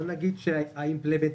בוא נגיד ש- -- זה